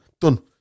done